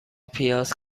پیاز